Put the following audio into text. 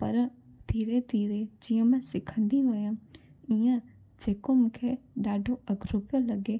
पर धीरे धीरे जीअं मां सिखंदी वियमि ईअं जेको मूंखे ॾाढो अॻिरो पियो लॻे